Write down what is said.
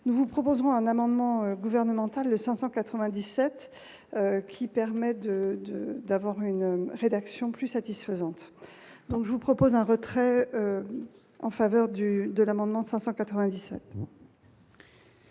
nous vous proposerons un amendement gouvernemental de 597 qui permettent de d'avoir une rédaction plus satisfaisante donc je vous propose un retrait en faveur du de l'amendement 597.